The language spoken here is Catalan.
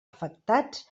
afectats